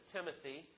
Timothy